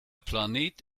planet